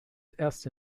erste